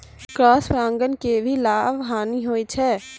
Cross परागण के की लाभ, हानि होय छै?